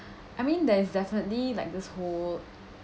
I mean there's definitely like this whole